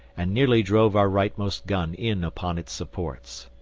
and nearly drove our rightmost gun in upon its supports.